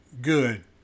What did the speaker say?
good